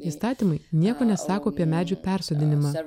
įstatymai nieko esako apie medžių persodinimą